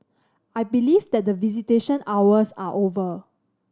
I believe that visitation hours are over